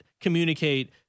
communicate